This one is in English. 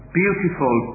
beautiful